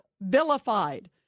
vilified